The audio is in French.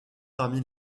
parmi